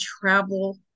Travel